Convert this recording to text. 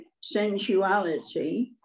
sensuality